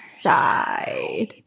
side